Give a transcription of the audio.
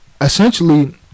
essentially